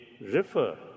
refer